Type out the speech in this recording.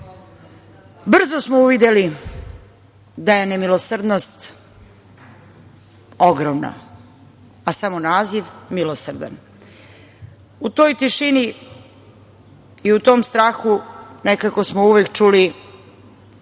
brzo smo uvideli da je nemilosrdnost ogromna, a samo naziv - milosrdan.U toj tišini i u tom strahu smo uvek čuli,